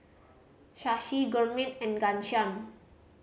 Shashi Gurmeet and Ghanshyam